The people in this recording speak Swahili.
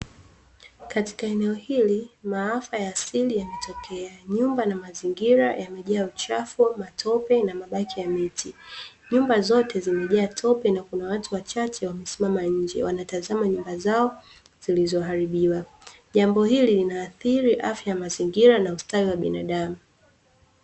Katika eneo hili maafa ya asili yametokea, nyumba na mazingira yamejaa uchafu, matope na mabaki ya miti. Nyumba zote zimejaa tope na kuna watu wachache wamesimama nje, wanatazama nyumba zao zilizoharibiwa. Jambo hili linaathiri afya ya mazingira na ustawi wa binadamu.